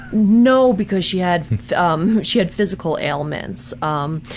no, because she had um she had physical ailments. um.